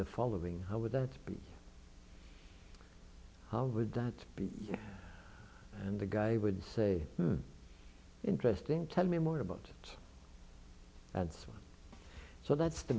the following how would that be how would that be and the guy would say interesting tell me more about it that's so that's the